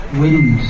wind